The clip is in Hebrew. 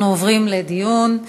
אנחנו עוברים לדיון.